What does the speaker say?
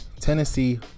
Tennessee